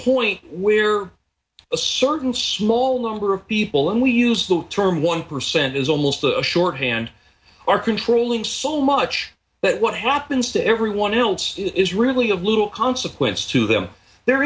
point where a certain small number of people and we use the term one percent is almost a shorthand for controlling so much that what happens to everyone else is really of little consequence to them they're